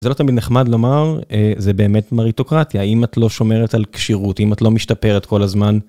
זה לא תמיד נחמד לומר זה באמת מריטוקרטיה, אם את לא שומרת על כשירות אם את לא משתפרת כל הזמן..